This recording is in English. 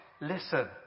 listen